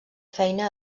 feina